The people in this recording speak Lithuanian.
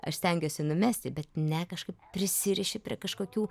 aš stengiuosi numesti bet ne kažkaip prisiriši prie kažkokių